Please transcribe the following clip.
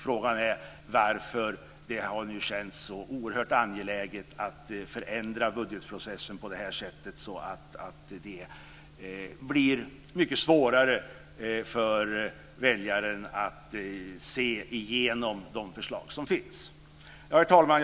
Frågan är varför det har känts så oerhört angeläget att förändra budgetprocessen på det här sättet, så att det blir mycket svårare för väljaren att se igenom de förslag som finns. Herr talman!